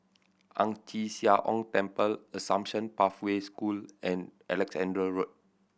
Ang Chee Sia Ong Temple Assumption Pathway School and Alexandra Road